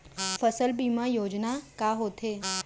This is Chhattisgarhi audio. फसल बीमा योजना का होथे?